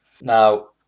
Now